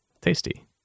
Tasty